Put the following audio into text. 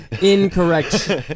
Incorrect